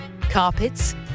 carpets